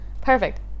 Perfect